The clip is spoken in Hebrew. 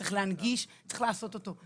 צריך להנגיש, צריך לעשות אותו.